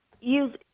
use